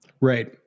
Right